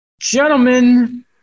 Gentlemen